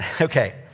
Okay